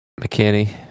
McKinney